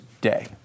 Day